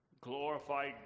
glorified